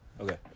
Okay